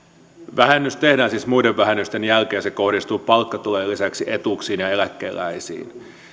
vähennys tehdään siis muiden vähennysten jälkeen se kohdistuu palkkatulojen lisäksi etuuksiin ja eläkeläisiin